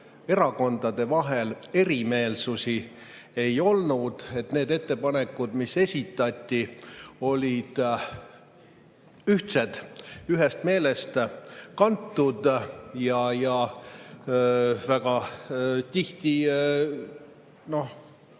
erakondade vahel erimeelsusi ei olnud. Need ettepanekud, mis esitati, olid ühtsed, ühest meelest kantud. Väga tihti